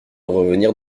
revenir